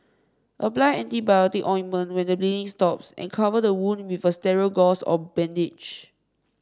apply antibiotic ointment when the bleeding stops and cover the wound with a sterile gauze or bandage